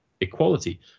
equality